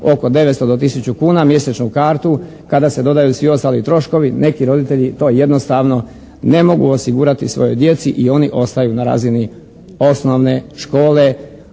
oko 900 do 1000 kuna mjesečnu kartu. Kada se dodaju svi ostali troškovi neki roditelji to jednostavno ne mogu osigurati svojoj djeci i oni ostaju na razini osnovne škole,